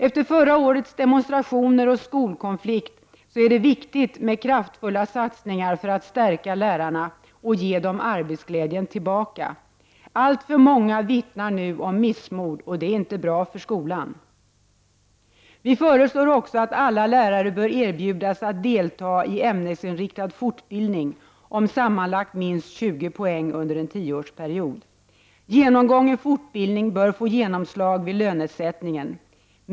Efter förra årets demonstrationer och skolkonflikt är det viktigt med kraftfulla satsningar för att stärka lärarna och ge dem arbetsglädjen tillbaka. Alltför många vittnar nu om missmod, och det är inte bra för skolan. Vi föreslår också att alla lärare erbjuds att delta i ämnesinriktad fortbildning om sammanlagt minst 20 poäng under en tioårsperiod. Genomgången fortbildning bör få genomslag vid lönesättningen.